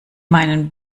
meinen